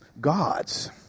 gods